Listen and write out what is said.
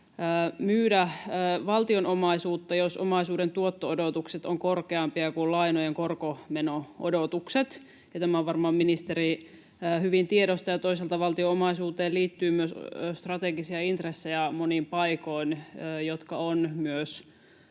myydä valtion omaisuutta, jos omaisuuden tuotto-odotukset ovat korkeampia kuin lainojen korkomeno-odotukset, ja tämän varmaan ministeri hyvin tiedostaa. Toisaalta valtion omaisuuteen liittyy monin paikoin myös strategisia intressejä, jotka on myös